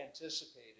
anticipated